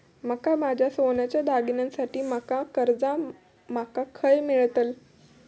माका माझ्या सोन्याच्या दागिन्यांसाठी माका कर्जा माका खय मेळतल?